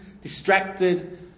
distracted